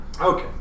Okay